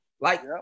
Like-